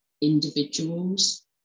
individuals